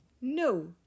No